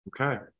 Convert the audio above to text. Okay